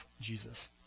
Jesus